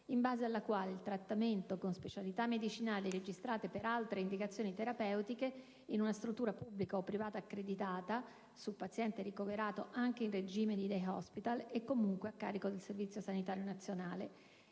in base alla quale il trattamento con specialità medicinali registrate per altre indicazioni terapeutiche, in una struttura pubblica o privata accreditata su paziente ricoverato, (anche in regime di *day hospital*) è comunque a carico del Servizio sanitario nazionale,